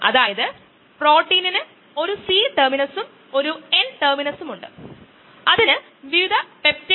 ആദ്യത്തേത് കോംപ്റ്റിറ്റിവ് പിന്നീട് non competitive പിന്നെ അൺകോംപ്റ്റിറ്റിവ്